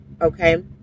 okay